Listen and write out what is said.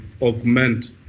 augment